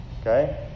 Okay